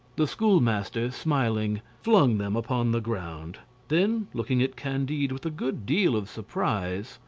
the schoolmaster, smiling, flung them upon the ground then, looking at candide with a good deal of surprise,